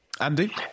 Andy